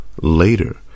Later